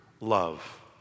love